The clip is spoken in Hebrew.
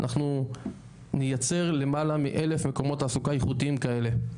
אנחנו נייצר למעלה מ-1,000 מקומות תעסוקה איכותיים כאלה,